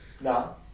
No